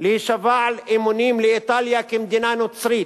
להישבע אמונים לאיטליה כמדינה נוצרית.